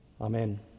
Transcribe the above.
Amen